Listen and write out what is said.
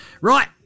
Right